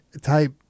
type